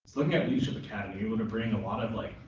looking at leadership academy, we're going to bring a lot of, like,